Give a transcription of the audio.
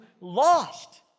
lost